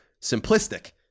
simplistic